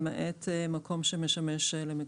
למעט מקום שמשמש למגורים.